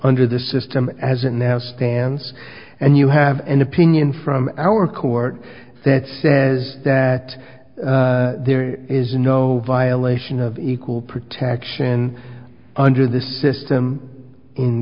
under the system as it now stands and you have an opinion from our court that says that there is no violation of equal protection under this system in